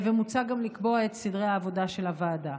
ומוצע גם לקבוע את סדרי העבודה של הוועדה.